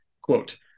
quote